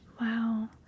Wow